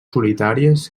solitàries